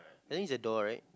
I think it's a door right